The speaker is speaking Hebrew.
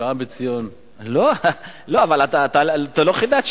שהעם בציון, לא, אבל אתה לא חידשת.